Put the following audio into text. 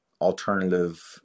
alternative